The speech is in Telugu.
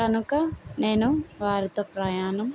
కనుక నేను వారితో ప్రయాణం